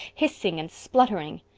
hissing and spluttering.